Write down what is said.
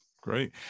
Great